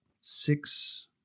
six